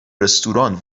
رستوران